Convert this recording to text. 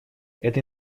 эта